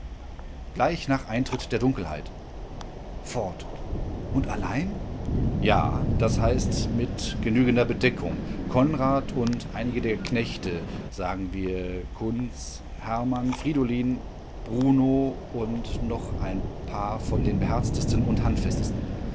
gleich nach eintritt der dunkelheit fort und allein ja das heißt mit genügender bedeckung konrad und einige der knechte sagen wir kunz hermann fridolin bruno und noch ein paar von den beherztesten und handfestesten